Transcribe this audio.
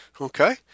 Okay